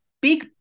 big